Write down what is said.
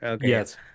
yes